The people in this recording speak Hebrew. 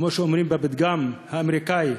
כמו שאומרים בפתגם האמריקני: